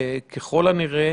ככל הנראה,